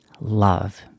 love